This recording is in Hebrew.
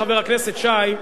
חבר הכנסת שי,